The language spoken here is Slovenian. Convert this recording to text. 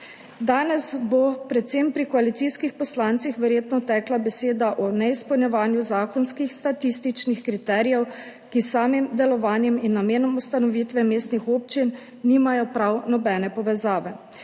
Danes bo predvsem pri koalicijskih poslancih verjetno tekla beseda o neizpolnjevanju zakonskih statističnih kriterijev, ki s samim delovanjem in namenom ustanovitve mestnih občin nimajo prav nobene povezave.